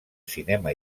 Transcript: cinema